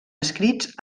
escrits